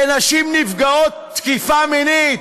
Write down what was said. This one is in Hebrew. לנשים נפגעות תקיפה מינית.